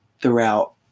throughout